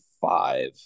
five